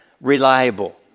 reliable